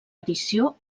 edició